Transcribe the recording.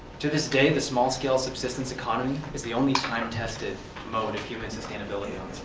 to this day this small-scale subsistence economy is the only time-tested mode of human sustainability